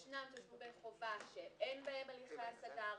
ישנם תשלומי חובה שאין בהם הליכי השגה,